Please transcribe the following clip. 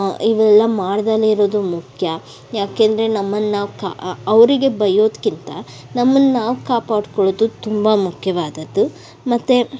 ಇವೆಲ್ಲ ಮಾಡ್ದೇ ಇರೋದು ಮುಖ್ಯ ಏಕೆಂದ್ರೆ ನಮ್ಮನ್ನು ನಾವು ಕಾ ಅವರಿಗೆ ಬೈಯೋದಕ್ಕಿಂತ ನಮ್ಮನ್ನು ನಾವು ಕಾಪಾಡ್ಕೊಳ್ಳೋದು ತುಂಬ ಮುಖ್ಯವಾದದ್ದು ಮತ್ತು